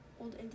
old